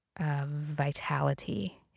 vitality